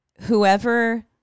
whoever